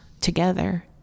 together